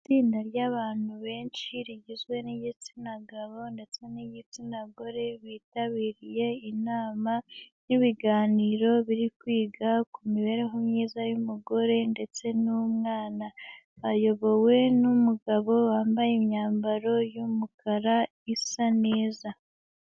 Itsinda ry'abantu benshi rigizwe n'igitsina gabo, ndetse n'igitsina gore, bitabiriye inama n'ibiganiro biri kwiga ku mibereho myiza y'umugore ndetse n'umwana. Bayobowe n'umugabo wambaye imyambaro y'umukara isa neza.